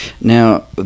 Now